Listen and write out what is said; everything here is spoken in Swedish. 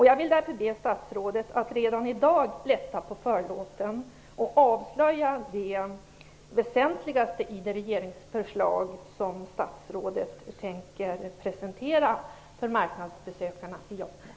Jag vill be statsrådet att redan i dag lätta på förlåten och avslöja det väsentligaste i det regeringsförslag som statsrådet tänker presentera för marknadsbesökarna i Jokkmokk.